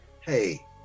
Hey